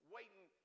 Waiting